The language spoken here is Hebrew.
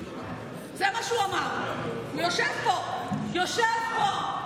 זה מה שהוא אמר, הוא יושב פה, יושב פה.